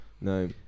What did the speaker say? No